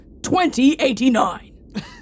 2089